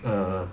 ah